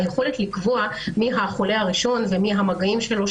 היכולת לקבוע מי החולה הראשון ומי המגעים שלו,